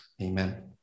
amen